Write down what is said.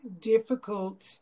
difficult